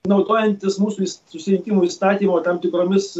naudojantis mūsų susirinkimų įstatymo tam tikromis